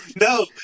No